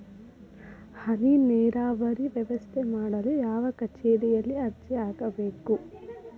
ಹನಿ ನೇರಾವರಿ ವ್ಯವಸ್ಥೆ ಮಾಡಲು ಯಾವ ಕಚೇರಿಯಲ್ಲಿ ಅರ್ಜಿ ಹಾಕಬೇಕು?